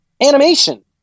animation